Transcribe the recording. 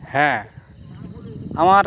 হ্যাঁ আমার